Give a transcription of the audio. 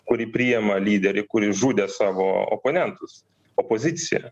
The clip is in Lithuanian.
kuri priema lyderį kuris žudė savo oponentus opoziciją